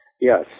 Yes